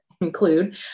include